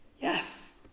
Yes